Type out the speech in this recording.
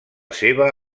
seva